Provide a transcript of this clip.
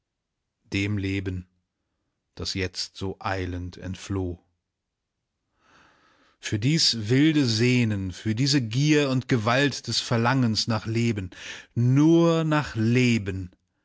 dem leben das jetzt so eilend entfloh für dies wilde sehnen für diese gier und gewalt des verlangens nach leben nur nach leben